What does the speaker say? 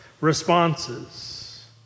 responses